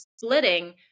splitting